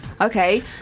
Okay